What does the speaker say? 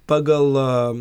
pagal a